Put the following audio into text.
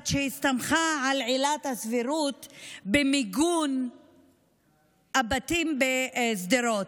שהסתמכה על עילת הסבירות במיגון הבתים בשדרות.